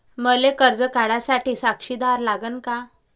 मले कर्ज काढा साठी साक्षीदार लागन का?